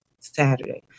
Saturday